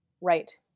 Right